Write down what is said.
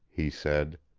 he said.